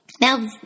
Now